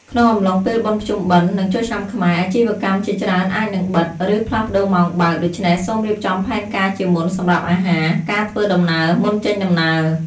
ក្នុងអំឡុងពេលបុណ្យភ្ជុំបិណ្ឌ និងចូលឆ្នាំខ្មែរ អាជីវកម្មជាច្រើនអាចនឹងបិទ ឬផ្លាស់ប្តូរម៉ោងបើក ដូច្នេះសូមរៀបចំផែនការជាមុនសម្រាប់អាហារ ការធ្វើដំណើរ មុនចេញដំណើរ។